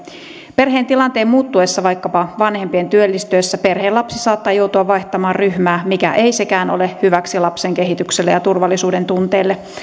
perheen tilanteen muuttuessa vaikkapa vanhempien työllistyessä perheen lapsi saattaa joutua vaihtamaan ryhmää mikä ei sekään ole hyväksi lapsen kehitykselle ja turvallisuudentunteelle